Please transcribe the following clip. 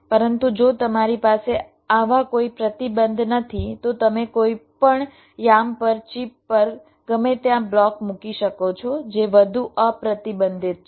પરંતુ જો તમારી પાસે આવા કોઈ પ્રતિબંધ નથી તો તમે કોઈપણ યામ પર ચિપ પર ગમે ત્યાં બ્લોક મૂકી શકો છો જે વધુ અપ્રતિબંધિત છે